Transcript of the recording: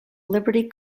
liberty